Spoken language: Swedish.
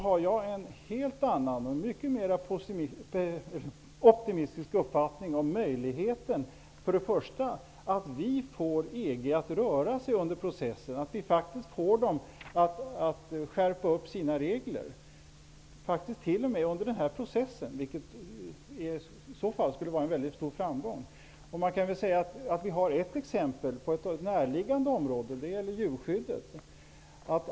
Jag har en helt annan och mycket mer optimistisk uppfattning om möjligheterna för oss att få EG att röra sig framåt och skärpa sina regler -- faktiskt t.o.m. under förhandlingsprocessen. Det skulle vara en väldigt stor framgång. Det finns ett exempel från ett närliggande område: djurskyddet.